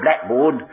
blackboard